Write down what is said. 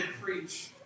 preach